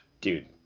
dude